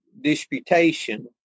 disputation